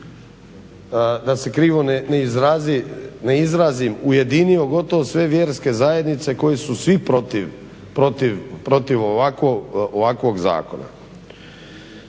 da se krivo ne izrazim ujedinio gotovo sve vjerske zajednice koje su svi protiv ovakvog zakona.